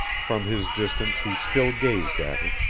from his distance he still gazed at her,